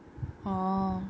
orh